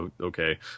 okay